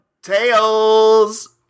Tails